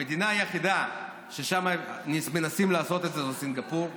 המדינה היחידה ששם מנסים לעשות את זה היא סינגפור,